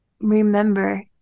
remember